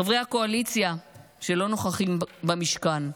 חברי הקואליציה שלא נוכחים במשכן,